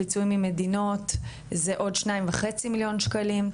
הפיצויים ממדינות זה עוד כ-2.5 מיליון שקלים,